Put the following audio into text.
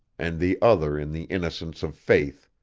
and the other in the innocence of faith,